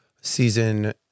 Season